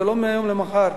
זה לא מהיום למחר.